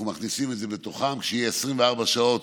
אנחנו מכניסים את זה בתוכם, שיהיו 24 שעות